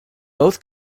both